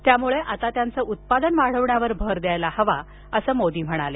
त्यामुळे आता त्यांचं उत्पादन वाढविण्यावर भर द्यायला हवा असं मोदी म्हणाले